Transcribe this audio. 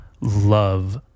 love